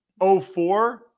04